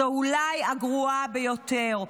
זו אולי הגרועה ביותר.